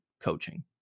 coaching